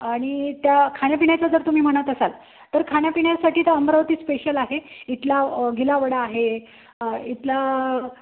आणि त्या खाण्यापिण्याचं जर तुम्ही म्हणत असाल तर खाण्यापिण्यासाठी तर अमरावती स्पेशल आहे इथला गिलावडा आहे इथला